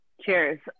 cheers